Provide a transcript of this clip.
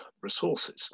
resources